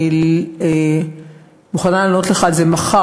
אני מוכנה לענות לך על זה מחר,